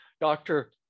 doctor